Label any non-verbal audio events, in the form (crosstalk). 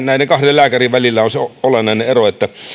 (unintelligible) näiden kahden lääkärin välillä on se olennainen ero että